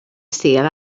sul